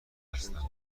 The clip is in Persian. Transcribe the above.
هستم